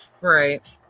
Right